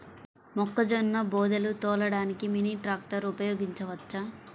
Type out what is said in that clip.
మొక్కజొన్న బోదెలు తోలడానికి మినీ ట్రాక్టర్ ఉపయోగించవచ్చా?